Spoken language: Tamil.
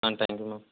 ah thank you ma'am